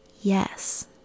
yes